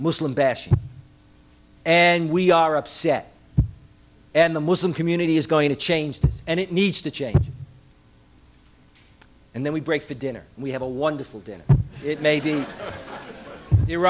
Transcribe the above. muslim bashing and we are upset and the muslim community is going to change and it needs to change and then we break for dinner we have a wonderful dinner it may be